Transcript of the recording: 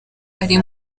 ari